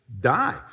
die